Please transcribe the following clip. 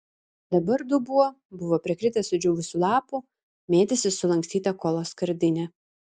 dabar dubuo buvo prikritęs sudžiūvusių lapų mėtėsi sulankstyta kolos skardinė